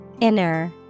Inner